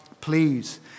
please